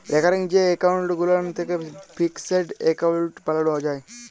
recurring যে account গুলান থ্যাকে ফিকসেড এক্কাউল্ট বালালো যায়